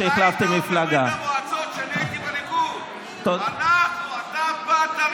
כשאני הייתי בליכוד אתה עוד היית בברית המועצות.